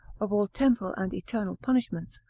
of all temporal and eternal punishments,